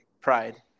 pride